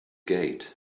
gate